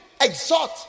exhort